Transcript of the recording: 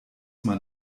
man